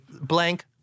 blank